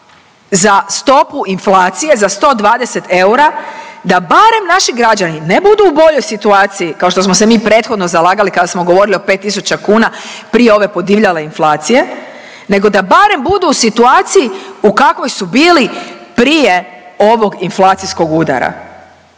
za stopu inflacije za 120 eura da barem naši građani ne budu u boljoj situaciji kao što smo se mi prethodno zalagali kada smo govorili o 5000 kuna prije ove podivljale inflacije, nego da barem budu u situaciji u kakvoj su bili prije ovog inflacijskog udara.